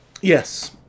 Yes